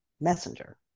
messenger